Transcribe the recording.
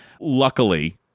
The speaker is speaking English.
Luckily